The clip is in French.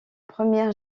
première